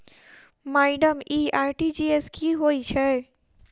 Madam इ RTGS की होइ छैय?